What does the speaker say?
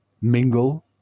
mingle